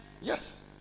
Yes